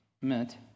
meant